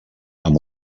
amb